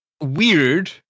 weird